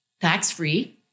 tax-free